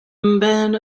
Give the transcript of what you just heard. man